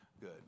good